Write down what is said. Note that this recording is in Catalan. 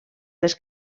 les